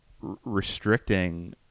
restricting